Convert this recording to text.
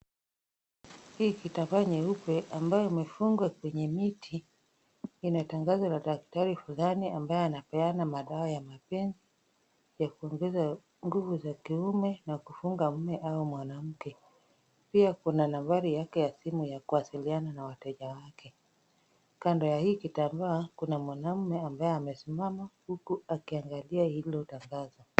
Hii kitambaa nyeupe ambayo imefungwa kwenye miti, ina tangazo la daktari fulani ambaye anapeana madawa ya mapenzi, ya kuongeza nguvu za kiume na kumfunga mme au mwanamke. Pia kuna nambari yake ya simu ya kuwasiliana na wateja wake. Kando ya hii kitambaa, kuna mwanaume ambaye amesimama huku akiangalia hilo tangazo.